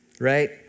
right